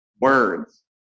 words